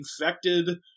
infected